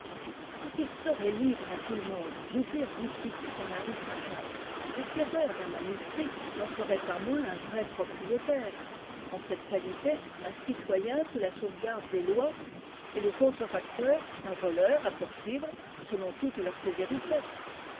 quand il serait libre à tout le monde d'ouvrir boutique dans la rue saint-jacques l'acquéreur d'un manuscrit n'en serait pas moins un vrai propriétaire en cette qualité un citoyen sous la sauvegarde des lois et le contrefacteur un voleur à poursuivre selon toute leur sévérité